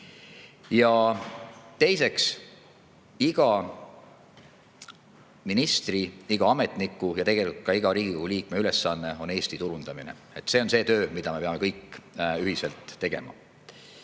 Teiseks, iga ministri, iga ametniku ja tegelikult ka iga Riigikogu liikme ülesanne on Eesti turundamine. See on see töö, mida me peame kõik ühiselt tegema.